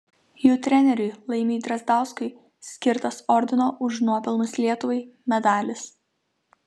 jų treneriui laimiui drazdauskui skirtas ordino už nuopelnus lietuvai medalis